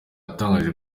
atangaje